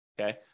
okay